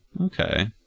Okay